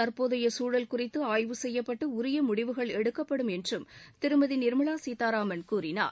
தற்போதைய சூழல் குறித்து ஆய்வு செய்யப்பட்டு உரிய முடிவுகள் எடுக்கப்படும் என்றும் திருமதி நிர்மலா சீதாராமன் கூறினார்